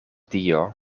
dio